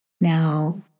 Now